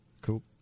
Cool